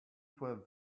for